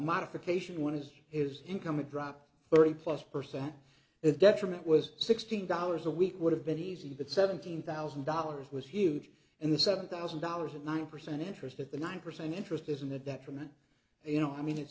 modification when his is income would drop thirty plus percent a detriment was sixteen dollars a week would have been easy but seventeen thousand dollars was huge in the seven thousand dollars and nine percent interest at the nine percent interest isn't a detriment you know i mean it's